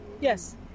yes